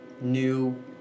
new